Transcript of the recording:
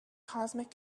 cosmic